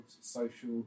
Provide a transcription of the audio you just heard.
social